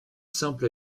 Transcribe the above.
simple